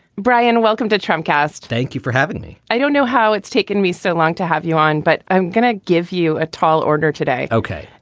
brian, welcome to trump cast. thank you for having me i don't know how it's taken me so long to have you on, but i'm going to give you a tall order today, ok?